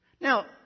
Now